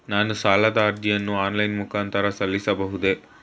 ನಾನು ಸಾಲದ ಅರ್ಜಿಯನ್ನು ಆನ್ಲೈನ್ ಮುಖಾಂತರ ಸಲ್ಲಿಸಬಹುದೇ?